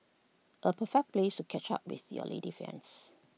A perfect place to catch up with your lady friends